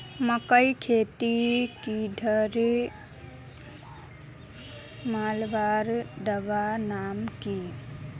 मकई खेतीत कीड़ा मारवार दवा नाम की?